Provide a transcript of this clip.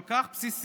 כל כך בסיסית,